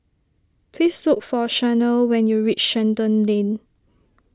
please look for Shanell when you reach Shenton Lane